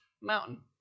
mountain